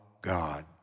God